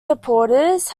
supporters